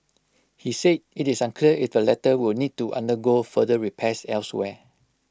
he said IT is unclear if the latter will need to undergo further repairs elsewhere